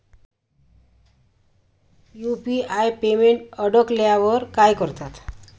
UPI payment अडकल्यावर काय करतात?